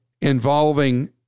involving